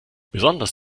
besonders